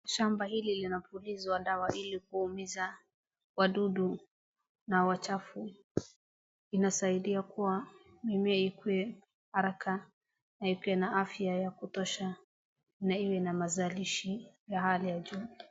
Shamba hili linapulizwa dawa ili kuumiza wadudu na wachafu. Inasaidia kuwa mimea ikue haraka, na ikuwe na afya ya kutosha, na iwe na mazalishi ya hali ya juu.